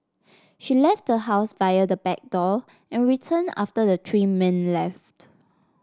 she left the house via the back door and returned after the three men left